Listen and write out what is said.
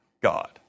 God